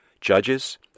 judges